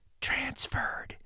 Transferred